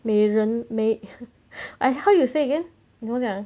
美人没 eh how you say again 你怎么讲